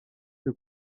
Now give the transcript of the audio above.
que